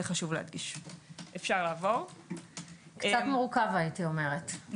קצת מורכב הייתי אומרת,